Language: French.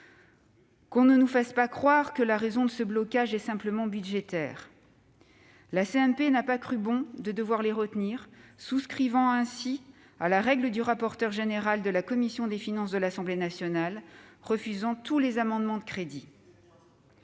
Qu'on ne nous fasse pas croire que la raison de ce blocage est simplement budgétaire ! La commission mixte paritaire n'a pas cru bon de devoir les retenir, souscrivant ainsi à la règle du rapporteur général de la commission des finances de l'Assemblée nationale refusant tous les amendements de crédits.